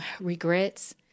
regrets